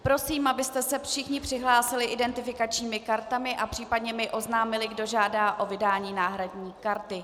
Prosím, abyste se všichni přihlásili identifikačními kartami a případně mi oznámili, kdo žádá o vydání náhradní karty.